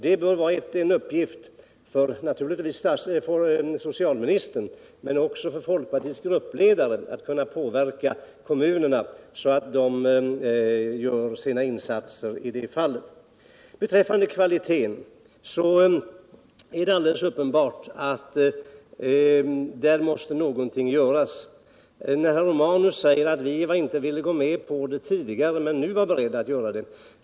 Det bör vara en uppgift naturligtvis för socialministern men också för folkpartiets gruppledare att påverka kommunerna så att dessa gör sina insatser på detta område. När det gäller kvaliteten är det alldeles uppenbart att här någonting måste göras. Herr Romanus säger att vi tidigare inte ville göra någonting i detta avseende men nu var beredda att göra det.